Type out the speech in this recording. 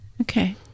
Okay